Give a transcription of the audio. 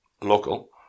local